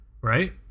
right